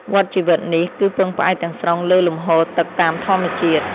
វដ្តជីវិតនេះ គឺពឹងផ្អែកទាំងស្រុងលើលំហូរទឹកតាមធម្មជាតិ។